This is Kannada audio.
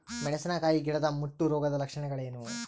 ಮೆಣಸಿನಕಾಯಿ ಗಿಡದ ಮುಟ್ಟು ರೋಗದ ಲಕ್ಷಣಗಳೇನು?